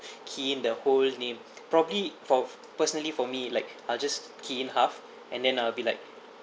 key in the whole name probably for personally for me like I'll just key in half and then I'll be like